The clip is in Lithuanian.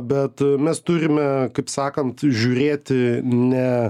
bet mes turime kaip sakant žiūrėti ne